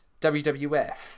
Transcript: WWF